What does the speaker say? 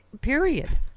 Period